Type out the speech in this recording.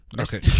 Okay